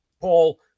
Paul